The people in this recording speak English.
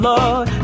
Lord